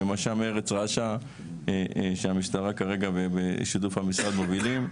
במש"מ "ארץ רעשה" שהמשטרה כרגע בשיתוף המשרד מובילים,